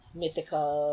mythical